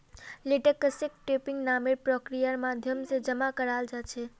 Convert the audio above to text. लेटेक्सक टैपिंग नामेर प्रक्रियार माध्यम से जमा कराल जा छे